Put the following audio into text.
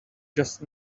just